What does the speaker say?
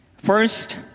First